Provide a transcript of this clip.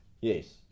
yes